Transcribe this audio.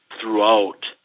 throughout